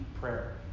prayer